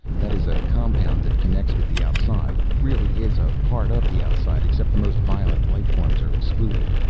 that is a compound that connects with the outside really is a part of the outside except the most violent life forms are excluded.